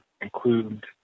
include